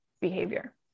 behavior